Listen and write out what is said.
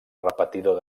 repetidor